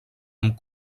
amb